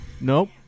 Nope